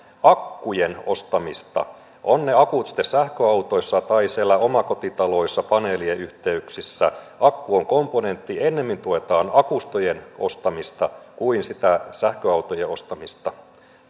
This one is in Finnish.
akkujen ostamista ovat ne akut sitten sähköautoissa tai siellä omakotitaloissa paneelien yhteyksissä akku on komponentti ennemmin tuetaan akustojen ostamista kuin sitä sähköautojen ostamista